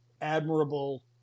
admirable